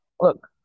look